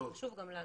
זה חשוב גם לנו.